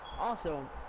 Awesome